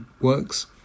works